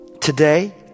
Today